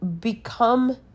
become